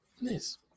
Nice